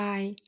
Bye